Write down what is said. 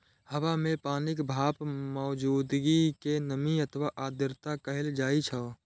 हवा मे पानिक भापक मौजूदगी कें नमी अथवा आर्द्रता कहल जाइ छै